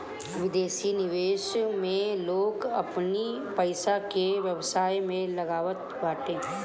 विदेशी निवेश में लोग अपनी पईसा के व्यवसाय में लगावत बाटे